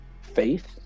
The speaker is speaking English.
faith